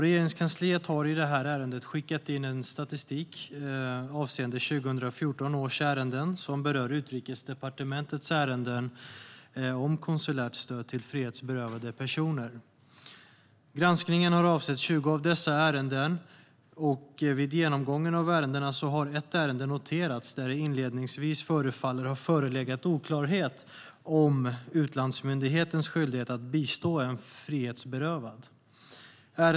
Regeringskansliet har i det här ärendet skickat in statistik avseende 2014 års ärenden som berör Utrikesdepartementets ärenden om konsulärt stöd till frihetsberövade personer. Granskningen har avsett 20 av dessa ärenden. Vid genomgången har ett ärende noterats där det inledningsvis förefaller ha förelegat oklarhet om utlandsmyndighetens skyldighet att bistå en frihetsberövad.